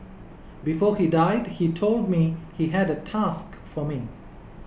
before he died he told me he had a task for me